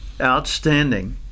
Outstanding